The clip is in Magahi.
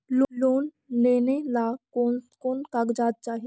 लोन लेने ला कोन कोन कागजात चाही?